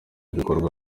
bikorwa